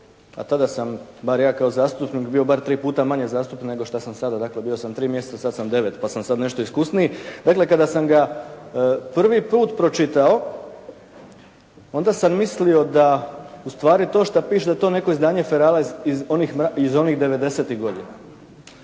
a tada sam bar ja kao zastupnik bio bar tri puta manje zastupnik nego što sam sada. Dakle bio sam 3 mjeseca, sad sam 9 pa sam sad nešto iskusniji. Dakle kada sam ga prvi put pročitao onda sam mislio da ustvari to što piše da je to neko izdanje Ferala iz onih devedesetih